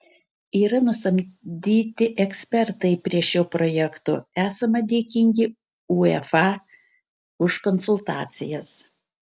yra nusamdyti ekspertai prie šio projekto esame dėkingi uefa už konsultacijas